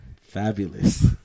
fabulous